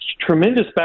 tremendous